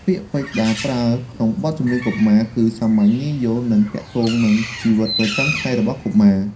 ពាក្យពេចន៍ដែលប្រើក្នុងបទចម្រៀងកុមារ គឺសាមញ្ញ ងាយយល់ និងទាក់ទងនឹងជីវិតប្រចាំថ្ងៃរបស់កុមារ។